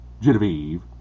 Genevieve